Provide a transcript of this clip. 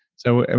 so and